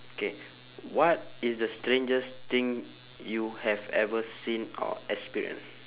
K what is the strangest thing you have ever seen or experience